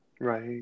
Right